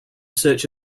search